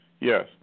Yes